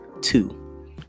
Two